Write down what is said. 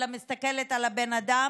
אלא מסתכלת על הבן אדם,